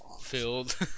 Filled